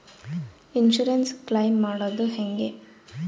Insurance claim ಮಾಡದು ಹೆಂಗೆ?